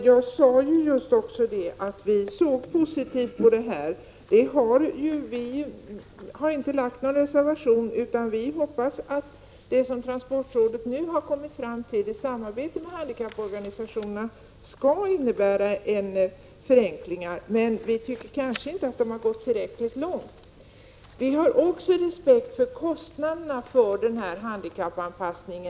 Herr talman! Jag sade just att vi såg positivt på detta. Vi har inte reserverat oss i denna fråga, utan vi hoppas att det transportrådet nu har kommit fram till i samarbete med handikapporganisationerna skall innebära förenklingar. Vi tycker möjligen att de inte går tillräckligt långt. Vi har också respekt för kostnaderna för denna handikappanpassning.